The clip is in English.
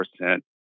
percent